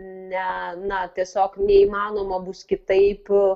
ne na tiesiog neįmanoma bus kitaip